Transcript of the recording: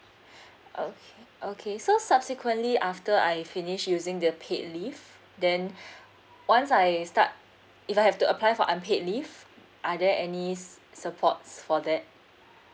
okay okay so subsequently after I finish using the paid leave then once I start if I have to apply for unpaid leave are there any supports for that